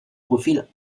profil